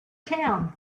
town